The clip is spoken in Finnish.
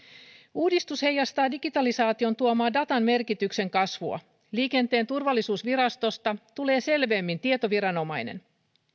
uudistus heijastaa digitalisaation tuomaa datan merkityksen kasvua liikenteen turvallisuusvirastosta tulee selvemmin tietoviranomainen